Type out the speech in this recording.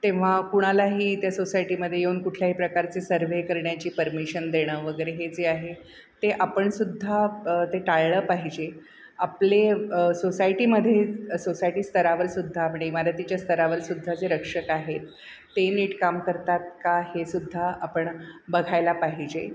तेव्हा कुणालाही त्या सोसायटीमध्ये येऊन कुठल्याही प्रकारचे सर्वे करण्याची परमिशन देणं वगैरे हे जे आहे ते आपण सुद्धा ते टाळलं पाहिजे आपले सोसायटीमध्येच सोसायटी स्तरावर सुद्धा म्हणे ईमारतीच्या स्तरावर सुद्धा जे रक्षक आहेत ते नीट काम करतात का हे सुद्धा आपण बघायला पाहिजे